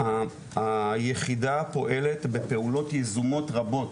היחידה פועלת בפעולות יזומות רבות,